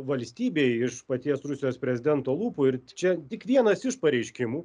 valstybei iš paties rusijos prezidento lūpų ir čia tik vienas iš pareiškimų